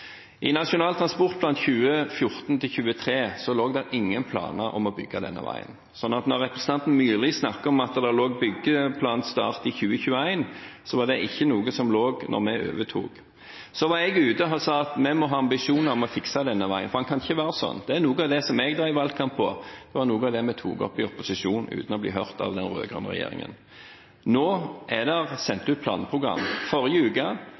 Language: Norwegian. I Nasjonal transportplan 2014–2023 lå det ingen planer om å bygge denne veien, så når representanten Myrli snakker om at det forelå byggeplanstart i 2021, var ikke det noe som lå der da vi overtok. Så var jeg ute og sa at vi må ha ambisjoner om å fikse denne veien, for den kan ikke være sånn. Det var noe av det jeg drev valgkamp på, og det var noe av det vi i opposisjonen tok opp uten å bli hørt av den rød-grønne regjeringen. Nå er det sendt ut planprogram, i forrige uke, for